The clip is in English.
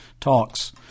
talks